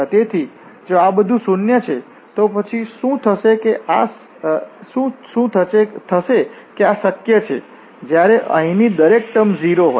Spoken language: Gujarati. તેથી જો આ બધું શૂન્ય છે તો પછી શું થશે કે આ શક્ય છે જ્યારે અહીંની દરેક ટર્મ 0 હોય